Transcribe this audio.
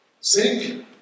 sink